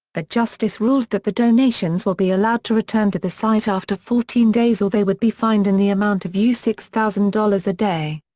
a justice ruled that the donations will be allowed to return to the site after fourteen days or they would be fined in the amount of u six thousand a day.